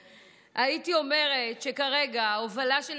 הייתי אומרת שכרגע ההובלה של נתניהו,